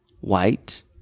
white